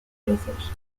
trozos